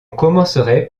commencerait